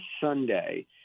Sunday –